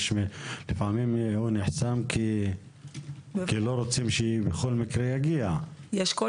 לפעמים הוא נחסם כי בכל מקרה לא רוצים שהוא יגיע.